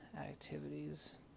activities